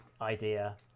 idea